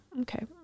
Okay